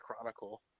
Chronicle